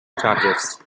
chargers